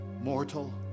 Mortal